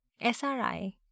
SRI